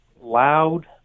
loud